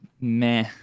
meh